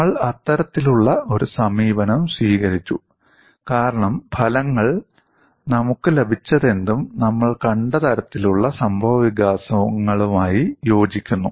നമ്മൾ അത്തരത്തിലുള്ള ഒരു സമീപനം സ്വീകരിച്ചു കാരണം ഫലങ്ങൾ നമുക്ക് ലഭിച്ചതെന്തും നമ്മൾ കണ്ട തരത്തിലുള്ള സംഭവവികാസങ്ങളുമായി യോജിക്കുന്നു